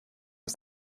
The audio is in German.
aus